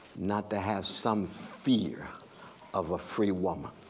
not to have some fear of a free woman.